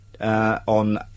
on